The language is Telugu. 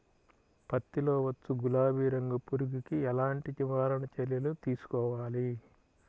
పత్తిలో వచ్చు గులాబీ రంగు పురుగుకి ఎలాంటి నివారణ చర్యలు తీసుకోవాలి?